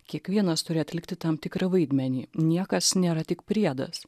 kiekvienas turi atlikti tam tikri vaidmenį niekas nėra tik priedas